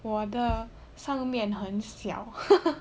我的上面很小